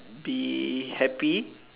be happy